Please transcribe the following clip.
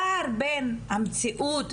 יש פער בין המציאות.